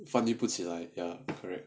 翻译不起来 ya